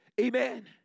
Amen